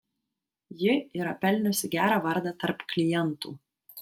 ji yra pelniusi gerą vardą tarp klientų